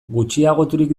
gutxiagoturik